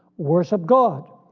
worship god!